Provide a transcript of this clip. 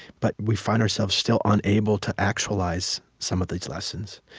but we find ourselves still unable to actualize some of these lessons.